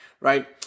right